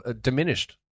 diminished